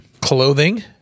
Clothing